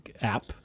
app